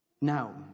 Now